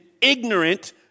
ignorant